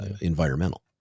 environmental